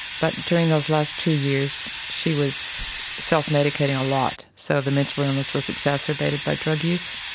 but during those last two years she was self-medicating a lot. so the mental illness was exacerbated by drug use.